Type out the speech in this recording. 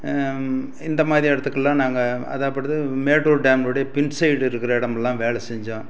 இந்தமாதிரி இடத்துக்குலாம் நாங்கள் அதாகப்பட்டது மேட்டூர் டேம் உடைய பின் சைடு இருக்கிற இடம் எல்லாம் வேலை செஞ்சோம்